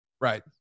right